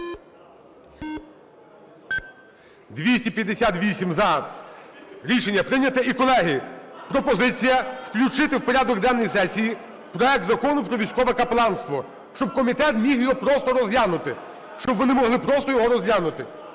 За-258 Рішення прийнято. І, колеги, пропозиція включити в порядок денний сесії проект Закону про військове капеланство, щоб комітет міг його просто розглянути, щоб вони могли просто його розглянути.